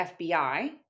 FBI